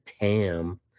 Tam